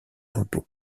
repos